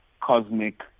cosmic